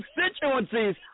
constituencies